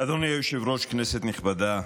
אדוני היושב-ראש, כנסת נכבדה,